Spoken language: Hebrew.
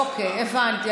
אוקיי, הבנתי.